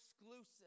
exclusive